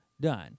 done